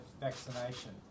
vaccination